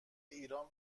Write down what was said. ایران